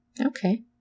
Okay